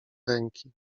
ręki